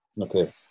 Okay